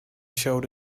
showed